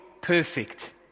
perfect